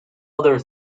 other